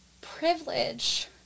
privilege